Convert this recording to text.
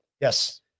Yes